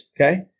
okay